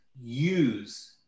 use